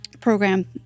program